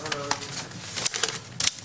(תיקון מס' 19),